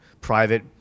Private